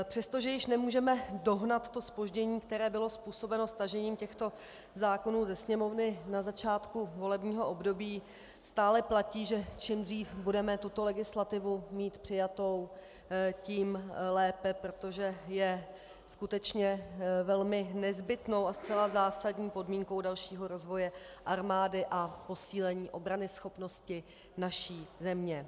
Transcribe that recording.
Přestože již nemůžeme dohnat to zpoždění, které bylo způsobeno stažením těchto zákonů ze Sněmovny na začátku volebního období, stále platí, že čím dřív budeme tuto legislativu mít přijatou, tím lépe, protože je skutečně velmi nezbytnou a zcela zásadní podmínkou dalšího rozvoje armády a posílení obranyschopnosti naší země.